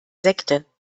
sekte